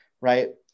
right